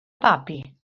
babi